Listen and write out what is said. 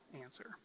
answer